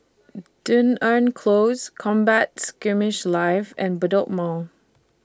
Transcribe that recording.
Dunearn Close Combat Skirmish Live and Bedok Mall